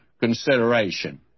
consideration